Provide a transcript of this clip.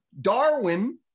Darwin